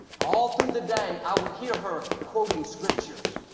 all through the day, i would hear her quoting scriptures.